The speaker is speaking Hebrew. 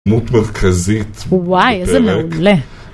נות מרכזית. וואי, איזה מעולה.